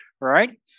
Right